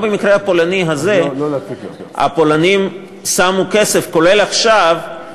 גם במקרה הזה הפולנים שמו כסף מסוים